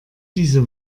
diese